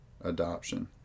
adoption